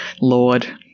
lord